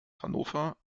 hannover